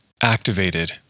activated